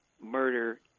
murder